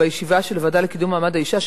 בישיבה של הוועדה לקידום מעמד האשה,